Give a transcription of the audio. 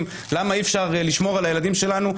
מאוד למה אי אפשר לשמור על הילדים שלנו,